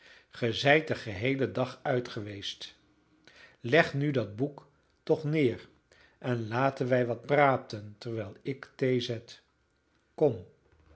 den geheelen dag uit geweest leg nu dat boek toch neer en laten wij wat praten terwijl ik thee zet kom